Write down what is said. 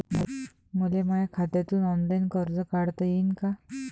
मले माया खात्यातून ऑनलाईन कर्ज काढता येईन का?